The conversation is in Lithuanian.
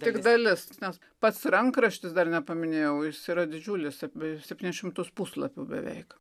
tik dali nes pats rankraštis dar nepaminėjau jis yra didžiulis apie septynis šimtus puslapių beveik